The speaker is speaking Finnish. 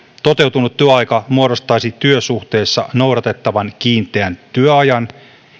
toteutunut työaika muodostaisi työsuhteessa noudatettavan kiinteän työajan